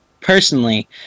personally